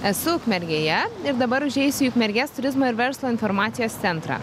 esu ukmergėje ir dabar užeisiu į ukmergės turizmo ir verslo informacijos centrą